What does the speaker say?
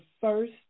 first